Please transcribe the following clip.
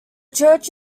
church